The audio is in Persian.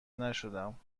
نشدم